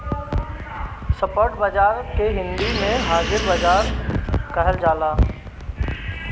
spot बाजार के हिंदी में हाजिर बाजार कहल जाला